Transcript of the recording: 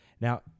Now